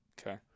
okay